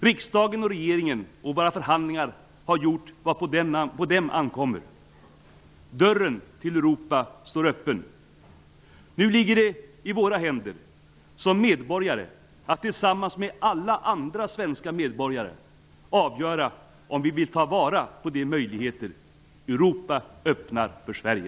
Riksdagen, regeringen och våra förhandlare har gjort vad på dem ankommer. Dörren till Europa står öppen. Nu ligger det i våra händer som medborgare att tillsammans med alla andra svenska medborgare avgöra om vi vill ta vara på de möjligheter Europa öppnar för Sverige!